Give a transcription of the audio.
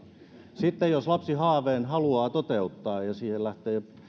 sitten jos lapsihaaveen haluaa toteuttaa ja siinä lähtee